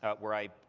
ah but where i